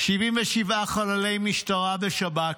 77 חללי משטרה ושב"כ,